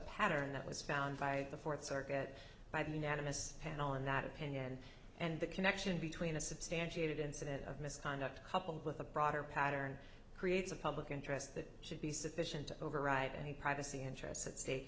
pattern that was found by the fourth circuit by the net in this panel and that opinion and the connection between a substantiated incident of misconduct coupled with a broader pattern creates a public interest that should be sufficient to override any privacy interests at stake